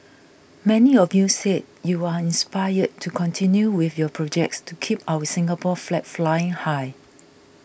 many of you said you are inspired to continue with your projects to keep our Singapore flag flying high